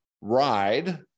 ride